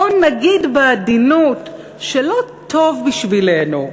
בוא נגיד בעדינות שלא טוב בשבילנו,